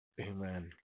Amen